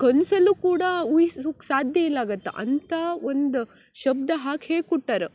ಕನಸಲ್ಲೂ ಕೂಡ ಊಹಿಸುಕ್ಕೆ ಸಾಧ್ಯವಿಲ್ಲ ಆಗತ್ತೆ ಅಂಥ ಒಂದು ಶಬ್ದ ಹಾಕೇ ಕುಟ್ಟಾರು